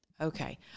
okay